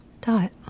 Dot